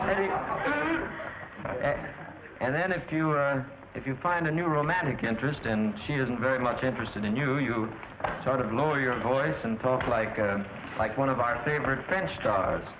back and then if you were if you find a new romantic interest and she isn't very much interested in you you sort of lower your voice and talk like like one of our favorite french